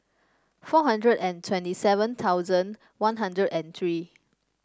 four hundred and twenty seven thousand One Hundred and three